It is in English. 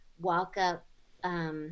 walk-up